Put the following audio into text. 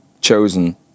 chosen